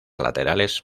laterales